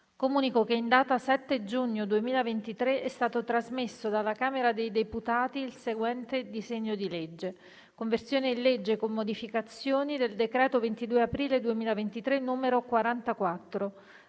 Comunico che in data 7 giugno 2023 è stato trasmesso dalla Camera dei deputati il seguente disegno di legge: «Conversione in legge, con modificazioni, del decreto-legge 22 aprile 2023, n. 44,